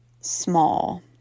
small